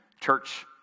church